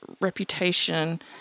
reputation